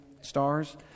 stars